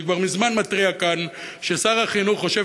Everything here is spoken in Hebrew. אני כבר מזמן מתריע כאן ששר החינוך חושב